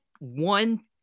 one